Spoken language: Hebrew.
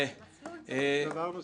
דבר נוסף,